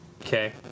Okay